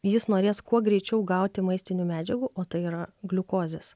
jis norės kuo greičiau gauti maistinių medžiagų o tai yra gliukozės